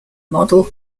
model